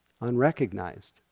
unrecognized